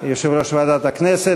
יושב-ראש ועדת הכנסת.